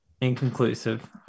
Inconclusive